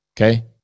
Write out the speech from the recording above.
okay